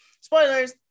spoilers